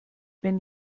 wenn